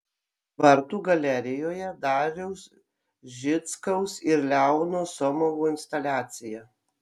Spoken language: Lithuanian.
vartų galerijoje dariaus žickaus ir leono somovo instaliacija